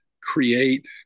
create